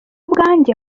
bwanjye